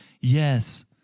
yes